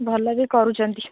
ଭଲରେ କରୁଛନ୍ତି